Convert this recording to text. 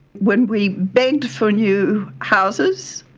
when we begged for new houses,